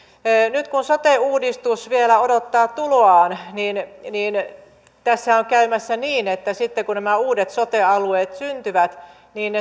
nyt kun sote uudistus vielä odottaa tuloaan niin niin tässä on käymässä niin että sitten kun nämä uudet sote alueet syntyvät niin